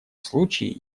случае